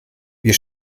wir